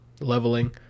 leveling